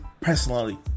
personally